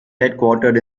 headquartered